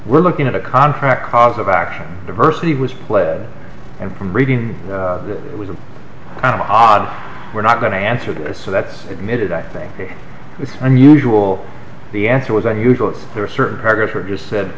we're looking at a contract cause of action diversity was lead and from reading that it was an odd we're not going to answer this so that's admitted i think it's unusual the answer was i usually there are certain targets or just said